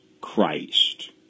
Christ